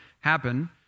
happen